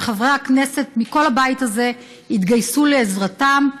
וחברי הכנסת מכל הבית הזה התגייסו לעזרתם,